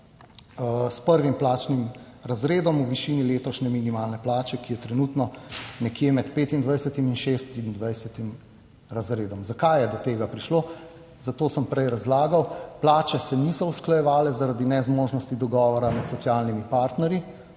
s prvim plačnim razredom v višini letošnje minimalne plače, ki je trenutno nekje med 25 in 26 razredom. Zakaj je do tega prišlo? Zato sem prej razlagal, plače se niso usklajevale, zaradi nezmožnosti dogovora med socialnimi partnerji,